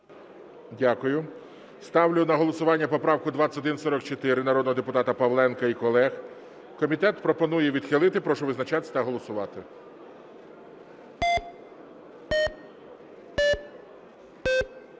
Дякую. Ставлю на голосування поправку 2144 народного депутата Павленка і колег. Комітет пропонує відхилити. Прошу визначатися та голосувати.